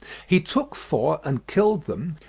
he took four and killed them,